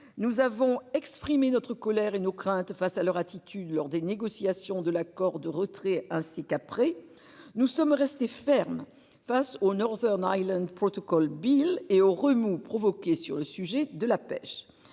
Nous avons exprimé notre colère et nos craintes face à leur attitude lors des négociations de l'accord de retrait ainsi qu'après nous sommes restés ferme face au Northern Ireland protocole Bill et aux remous provoqués sur le sujet de la pêche.